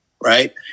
right